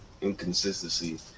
inconsistency